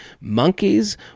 monkeys